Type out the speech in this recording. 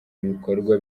bikorwa